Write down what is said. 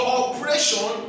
oppression